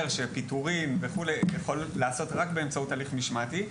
שפיטורין וכו' יכול להיעשות רק באמצעות הליך משמעתי.